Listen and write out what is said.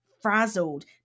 frazzled